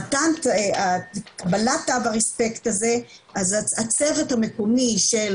במסגרת קבלת תו הריספקט הזה אז הצוות המקומי של,